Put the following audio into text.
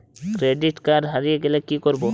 Credit card হারিয়ে গেলে কি করব?